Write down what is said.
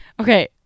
Okay